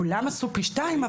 כולם עשו פי שניים,